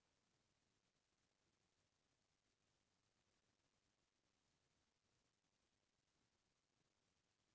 अइसने कुकरी घर जेला पोल्टी फारम कथें तेमा कुकरी मन भारी गंदगी करथे